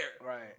Right